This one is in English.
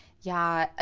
yeah. ah